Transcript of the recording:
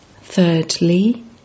Thirdly